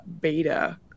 beta